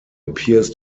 appears